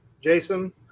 Jason